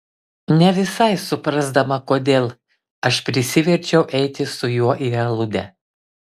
ne visai suprasdama kodėl aš prisiverčiu eiti su juo į aludę